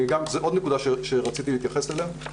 זאת עוד נקודה שרציתי להתייחס אליה.